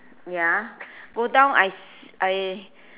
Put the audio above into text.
ya go down I s~ I